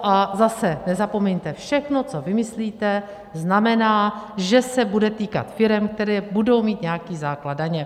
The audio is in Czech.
A zase, nezapomeňte, všechno, co vymyslíte, znamená, že se bude týkat firem, které budou mít nějaký základ daně.